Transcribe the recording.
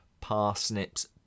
Parsnips